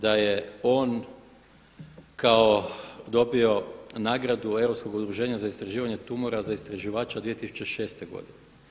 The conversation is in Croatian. Da je on dobio nagradu Europskog udruženja za istraživanje tumora za istraživača 2006. godine.